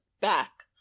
back